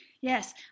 Yes